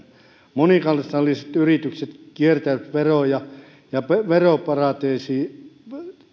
monikansalliset yritykset kiertävät veroja ja veroparatiiseihin